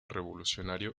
revolucionario